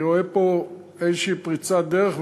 אני רואה פה איזו פריצת דרך,